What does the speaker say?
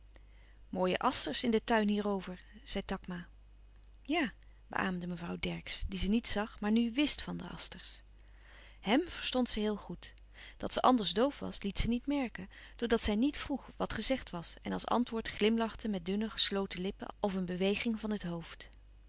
mooie asters in den tuin hierover zei takma ja be aâmde mevrouw dercksz die ze niet zag maar nu wst van de asters hèm verstond ze heel goed dat ze anders doof was liet ze niet merken door dat zij niet vroeg wat gezegd was en als antwoord glimlachte met dunne gesloten lippen of een beweging van het hoofd